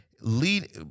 lead